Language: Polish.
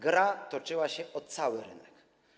Gra toczyła się o cały rynek.